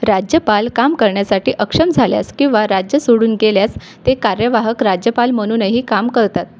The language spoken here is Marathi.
राज्यपाल काम करण्यासाठी अक्षम झाल्यास किंवा राज्य सोडून गेल्यास ते कार्यवाहक राज्यपाल म्हणूनही काम करतात